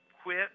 quit